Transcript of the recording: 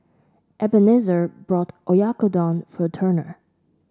Ebenezer bought Oyakodon for Turner